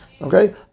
Okay